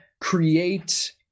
create